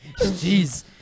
jeez